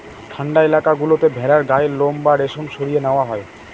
ঠান্ডা এলাকা গুলোতে ভেড়ার গায়ের লোম বা রেশম সরিয়ে নেওয়া হয়